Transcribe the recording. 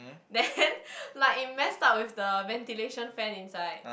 then like it messed up with the ventilation fan inside